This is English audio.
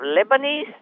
Lebanese